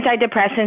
antidepressants